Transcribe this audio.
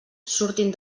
surtin